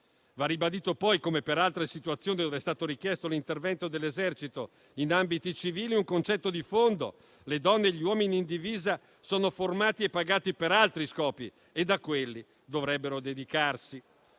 Va ribadito poi, come per altre situazioni dove è stato richiesto l'intervento dell'Esercito in ambiti civili, un concetto di fondo: le donne e gli uomini in divisa sono formati e pagati per altri scopi ed a quelli dovrebbero dedicarsi.